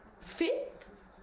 Fifth